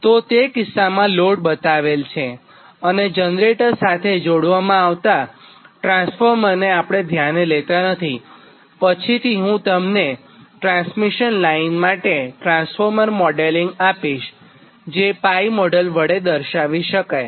તો તે કિસ્સામાં લોડ બતાવેલ છે અને જનરેટર સાથે જોડવામાં આવતાં ટ્રાન્સફોર્મરને આપણે ધ્યાને લેતાં નથીપછીથી હું તમને ટ્રાન્સમિશન લાઇન માટે ટ્રાન્સફોર્મર મોડેલિંગ આપીશજે પાઇ મોડેલ વડે દર્શાવી શકાય છે